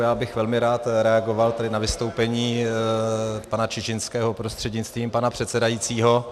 Já bych velmi rád reagoval na vystoupení pana Čižinského prostřednictvím pana předsedajícího.